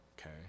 okay